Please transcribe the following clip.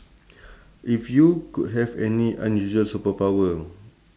if you could have any unusual superpower